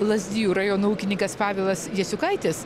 lazdijų rajono ūkininkas pavelas jasiukaitis